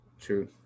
True